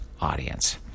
audience